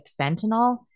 fentanyl